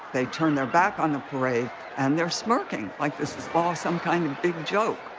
they turned their back on the parade and they're smirking, like this is all some kind of big joke.